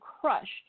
crushed